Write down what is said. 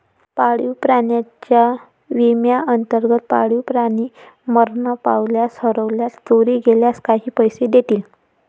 पाळीव प्राण्यांच्या विम्याअंतर्गत, पाळीव प्राणी मरण पावल्यास, हरवल्यास, चोरी गेल्यास काही पैसे देतील